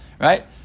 Right